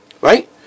Right